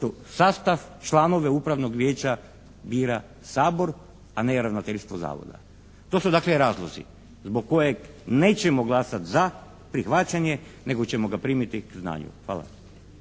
sastav članova upravnog vijeća bira Sabor, a ne ravnateljstvo zavoda. To su dakle razlozi zbog kojeg nećemo glasati za prihvaćanje nego ćemo ga primiti k znanju. Hvala.